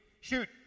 Shoot